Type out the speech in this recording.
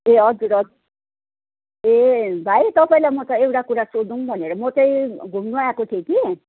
ए हजुर हजुर ए भाइ तपाईँलाई म त एउटा कुरा सोधौँ भनेर म चाहिँ घुम्नु आएको थिएँ कि